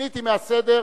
שיניתי מהסדר,